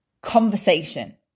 conversation